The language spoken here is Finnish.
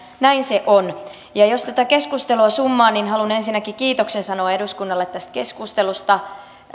näin se on ja jos tätä keskustelua summaa niin haluan ensinnäkin kiitoksen sanoa eduskunnalle tästä keskustelusta